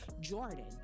Jordan